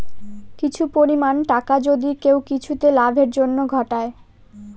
কিছু পরিমাণ টাকা যদি কেউ কিছুতে লাভের জন্য ঘটায়